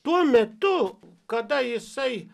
tuo metu kada jisai